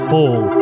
Fall